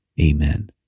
Amen